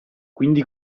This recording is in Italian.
quindi